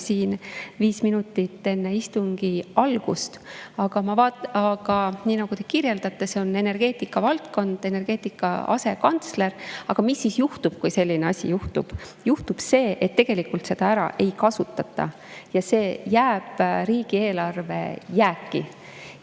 siin viis minutit enne istungi algust. Nii nagu te kirjeldate, see on energeetika valdkond, energeetika asekantsler. Aga mis siis juhtub, kui selline asi juhtub? Juhtub see, et tegelikult seda ära ei kasutata ja see jääb riigieelarve jääki.